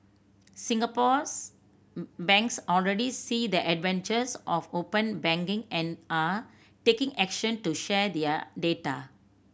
Singapore's banks already see the advantages of open banking and are taking action to share their data